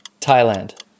Thailand